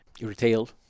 retail